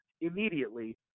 immediately